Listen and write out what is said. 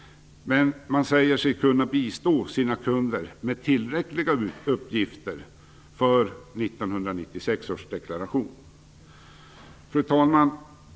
Man säger sig kunna bistå sina kunder med tillräckliga uppgifter för 1996 års deklaration. Fru talman!